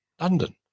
London